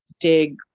dig